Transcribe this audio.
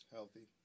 Healthy